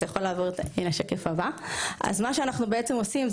אז מה שאנחנו בעצם עושים,